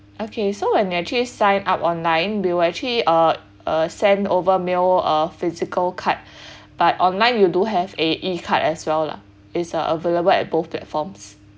okay so when you actually sign up online we will actually uh uh send over mail uh physical card but online you do have a E card as well lah it's uh available at both platforms